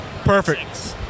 Perfect